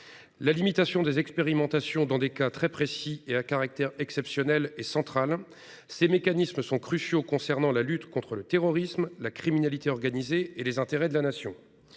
La limitation des expérimentations à des cas très précis, à caractère exceptionnel, est centrale. Ces mécanismes sont cruciaux dans la lutte contre le terrorisme et la criminalité organisée et dans la défense des intérêts de la Nation.